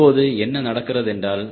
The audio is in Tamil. இப்பொழுது என்ன நடக்கிறது என்றால்